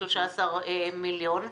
קיצוץ של 13 מיליון שקלים.